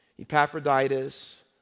Epaphroditus